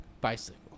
Bicycle